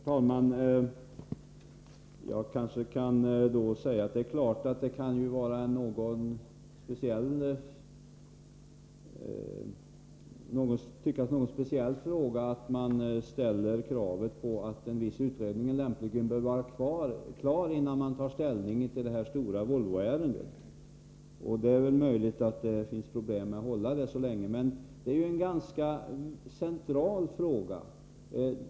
Herr talman! Jag vill då säga att det naturligtvis kan tyckas vara en speciell fråga, att man ställer krav på att en viss utredning lämpligen bör vara klar innan man tar ställning till detta stora Volvoärende. Det är möjligt att det finns problem med att vänta så länge, men det är en ganska central fråga.